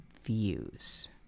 views